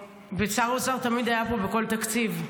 ושר האוצר תמיד היה פה בכל תקציב.